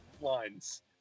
lines